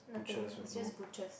nothing it's just butchers